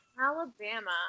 Alabama